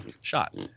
shot